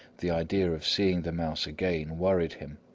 the idea of seeing the mouse again worried him.